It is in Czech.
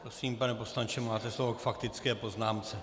Prosím, pane poslanče, máte slovo k faktické poznámce.